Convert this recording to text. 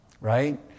right